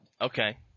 Okay